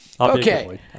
Okay